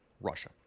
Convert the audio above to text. Russia